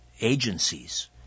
agencies